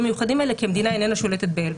המיוחדים האלה כי המדינה איננה שולטת באלביט.